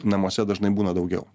namuose dažnai būna daugiau